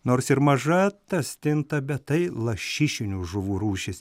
nors ir maža ta stinta bet tai lašišinių žuvų rūšis